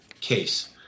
case